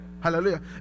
Hallelujah